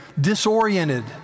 disoriented